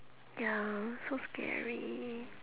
ya so scary